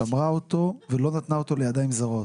שמרה אותו ולא נתנה אותו לידיים זרות.